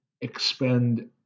expend